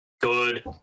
good